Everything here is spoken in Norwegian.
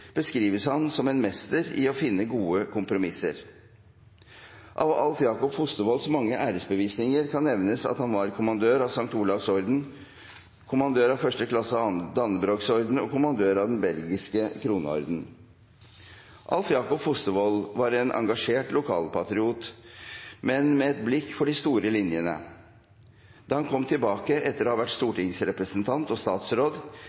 han som en mester i å finne gode kompromisser. Av Alv Jakob Fostervolls mange æresbevisninger kan nevnes at han var Kommandør av St. Olavs Orden, Kommandør af 1. grad af Dannebrogsordenen og Kommandør av Den Belgiske Kroneorden. Alv Jakob Fostervoll var en engasjert lokalpatriot, men med et blikk for de store linjene. Da han kom tilbake etter å ha vært stortingsrepresentant og statsråd,